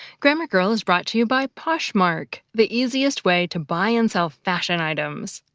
grammar girl is brought to you by poshmark, the easiest way to buy and sell fashion items.